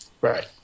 Right